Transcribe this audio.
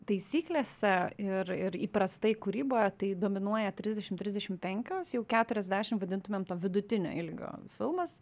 taisyklėse ir ir įprastai kūryboje tai dominuoja trisdešim trisdešim penkios jau keturiasdešim vadintumėm vidutinio ilgio filmas